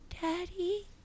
daddy